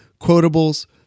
quotables